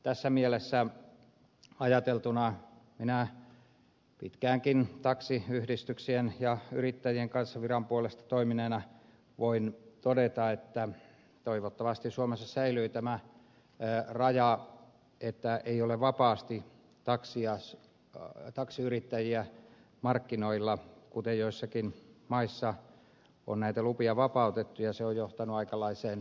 tässä mielessä ajateltuna minä pitkäänkin taksiyhdistyksien ja yrittäjien kanssa viran puolesta toimineena voin todeta että toivottavasti suomessa säilyy tämä raja että ei ole vapaasti taksiyrittäjiä markkinoilla kuten joissakin maissa on näitä lupia vapautettu ja se on johtanut aikalaiseen kaaokseen